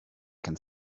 can